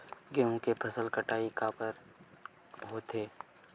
गेहूं के फसल कटाई काबर होथे?